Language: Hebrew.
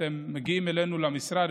שאתם מגיעים אלינו למשרד,